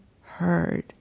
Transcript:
heard